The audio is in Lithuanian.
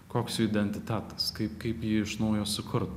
koks jų identitetas kaip kaip jį iš naujo sukurt